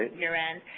year-end,